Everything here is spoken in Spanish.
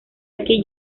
aquí